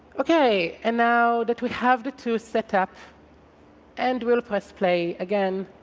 okay. and now that we have the two set up and we'll press play again.